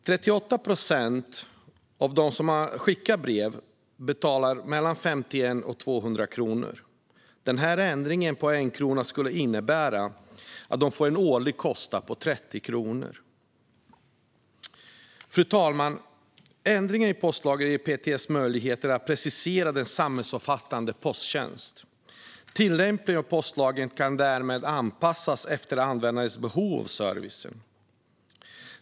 38 procent av dem som skickar brev betalar mellan 51 och 200 kronor. Denna ändring på 1 krona skulle innebära att de får en årlig extra kostnad på 30 kronor. Fru talman! Ändringar i postlagen ger PTS möjligheter att precisera den samhällsomfattande posttjänsten. Tillämpningen av postlagen kan därmed anpassas efter användarnas behov av service.